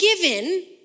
given